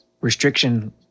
restriction